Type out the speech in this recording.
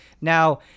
Now